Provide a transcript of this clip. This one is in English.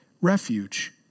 refuge